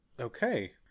Okay